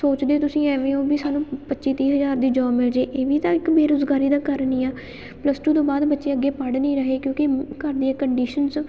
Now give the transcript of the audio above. ਸੋਚਦੇ ਤੁਸੀਂ ਐਵੇਂ ਹੋ ਵੀ ਸਾਨੂੰ ਪੱਚੀ ਤੀਹ ਹਜ਼ਾਰ ਦੀ ਜੋਬ ਮਿਲ ਜੇ ਇਹ ਵੀ ਤਾਂ ਇੱਕ ਬੇਰੁਜ਼ਗਾਰੀ ਦਾ ਕਾਰਨ ਹੀ ਆ ਪਲੱਸ ਟੂ ਤੋਂ ਬਾਅਦ ਬੱਚੇ ਅੱਗੇ ਪੜ੍ਹ ਨਹੀਂ ਰਹੇ ਕਿਉਂਕਿ ਘਰ ਦੀਆਂ ਕੰਡੀਸ਼ਨਸ